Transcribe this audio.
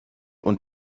und